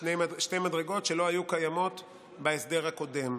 שתי מדרגות שלא היו קיימות בהסדר הקודם.